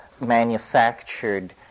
manufactured